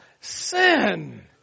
sin